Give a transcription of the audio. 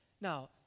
Now